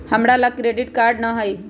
हमरा लग credit card नऽ हइ